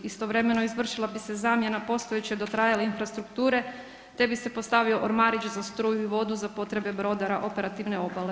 Istovremeno izvršila bi se zamjena postojeće dotrajale infrastrukture te bi se postavio ormarić za struju i vodu za potrebe brodara operativne obale.